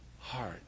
heart